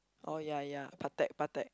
oh ya ya Patek Patek